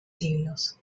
siglos